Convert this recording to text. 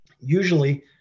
usually